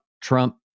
Trump